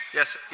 Yes